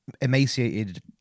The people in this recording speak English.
emaciated